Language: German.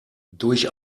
durch